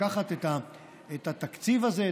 לקחת את התקציב הזה,